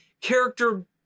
character